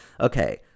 Okay